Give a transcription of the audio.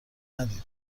ندیده